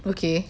okay